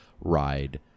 ride